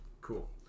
Cool